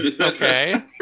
Okay